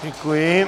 Děkuji.